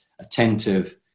attentive